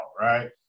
right